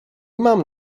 mam